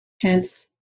hence